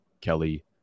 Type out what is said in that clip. Kelly